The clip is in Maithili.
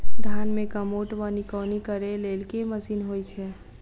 धान मे कमोट वा निकौनी करै लेल केँ मशीन होइ छै?